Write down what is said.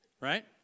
right